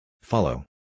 Follow